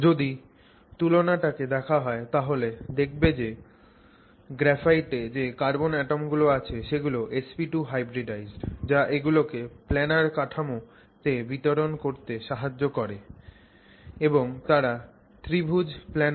যদি তুলনা টাকে দেখা হয় তাহলে দেখবে যে গ্রাফাইটে যে কার্বন অ্যাটমগুলো আছে সেগুলো sp2 hybridized যা এগুলো কে প্ল্যানার কাঠামো তে বিতরণ করতে সাহায্য করে এবং তারা ত্রিভুজ প্ল্যানার